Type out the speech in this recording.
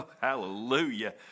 Hallelujah